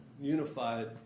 unified